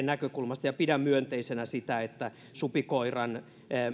näkökulmasta ja pidän myönteisenä sitä että supikoiran